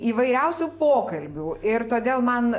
įvairiausių pokalbių ir todėl man